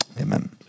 Amen